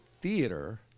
theater